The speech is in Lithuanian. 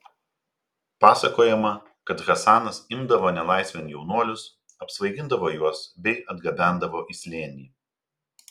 pasakojama kad hasanas imdavo nelaisvėn jaunuolius apsvaigindavo juos bei atgabendavo į slėnį